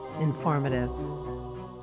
informative